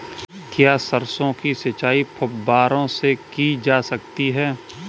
क्या सरसों की सिंचाई फुब्बारों से की जा सकती है?